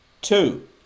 Two